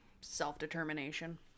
self-determination